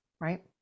right